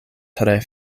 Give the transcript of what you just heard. tre